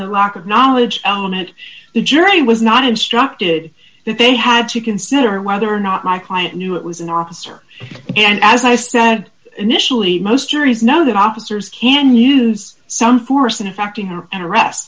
the lock of knowledge on it the jury was not instructed that they had to consider whether or not my client knew it was an officer and as i said initially most juries know that officers can use some force in affecting her an arrest